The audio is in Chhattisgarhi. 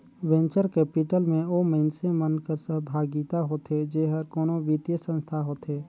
वेंचर कैपिटल में ओ मइनसे मन कर सहभागिता होथे जेहर कोनो बित्तीय संस्था होथे